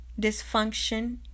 dysfunction